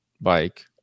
bike